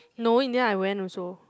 no in the end I went also